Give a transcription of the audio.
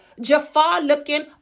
Jafar-looking